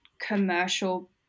commercial